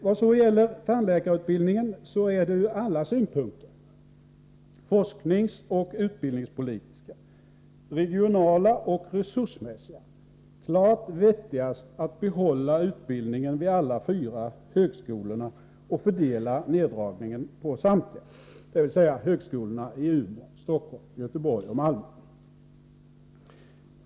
Vad så gäller tandläkarutbildningen är det ur allas synpunkter — forskningsoch utbildningspolitiska, regionala och resursmässiga — klart vettigast att behålla utbildningen vid alla fyra högskolorna och fördela neddragningen på samtliga, dvs. högskolorna i Umeå, Stockholm, Göteborg och Malmö.